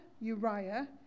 Uriah